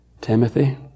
Timothy